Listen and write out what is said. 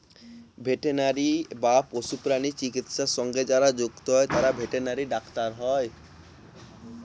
veterinary বা পশুপ্রাণী চিকিৎসা সঙ্গে যারা যুক্ত হয় তারা ভেটেনারি ডাক্তার হয়